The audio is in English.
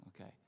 Okay